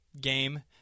game